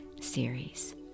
series